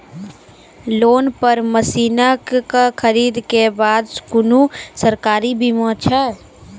Loan पर मसीनऽक खरीद के बाद कुनू सरकारी बीमा छै?